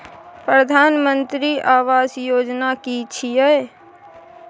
प्रधानमंत्री आवास योजना कि छिए?